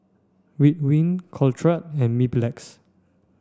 Ridwind Caltrate and Mepilex